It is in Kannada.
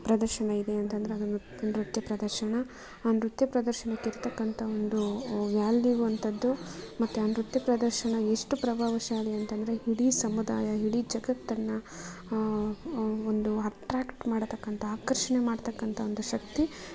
ಪ್ರದರ್ಶನ ಇದೆ ಅಂತಂದರೆ ಅದು ನೃತ್ಯ ಪ್ರದರ್ಶನ ಆ ನೃತ್ಯ ಪ್ರದರ್ಶನಕ್ಕಿರ್ತಕ್ಕಂತ ಒಂದು ವ್ಯಾಲ್ಯೂ ಅಂಥದ್ದು ಮತ್ತೆ ಆ ನೃತ್ಯ ಪ್ರದರ್ಶನ ಎಷ್ಟು ಪ್ರಭಾವಶಾಲಿ ಅಂತಂದರೆ ಇಡೀ ಸಮುದಾಯ ಇಡೀ ಜಗತ್ತನ್ನು ಒಂದು ಅಟ್ರ್ಯಾಕ್ಟ್ ಮಾಡ್ತಕ್ಕಂಥ ಆಕರ್ಷಣೆ ಮಾಡ್ತಕ್ಕಂಥ ಒಂದು ಶಕ್ತಿ